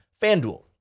FanDuel